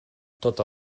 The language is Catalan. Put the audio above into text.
tota